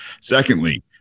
Secondly